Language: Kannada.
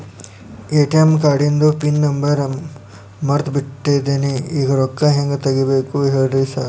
ಎ.ಟಿ.ಎಂ ಕಾರ್ಡಿಂದು ಪಿನ್ ನಂಬರ್ ಮರ್ತ್ ಬಿಟ್ಟಿದೇನಿ ಈಗ ರೊಕ್ಕಾ ಹೆಂಗ್ ತೆಗೆಬೇಕು ಹೇಳ್ರಿ ಸಾರ್